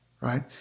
Right